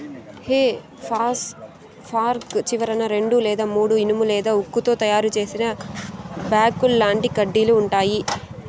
హె fork చివరన రెండు లేదా మూడు ఇనుము లేదా ఉక్కుతో తయారు చేసిన బాకుల్లాంటి కడ్డీలు ఉంటాయి